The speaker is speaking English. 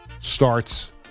starts